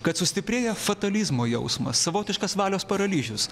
kad sustiprėja fatalizmo jausmas savotiškas valios paralyžius